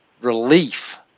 relief